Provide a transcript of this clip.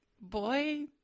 Boy